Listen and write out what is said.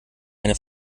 eine